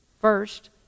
First